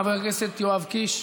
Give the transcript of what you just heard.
חבר הכנסת יואב קיש,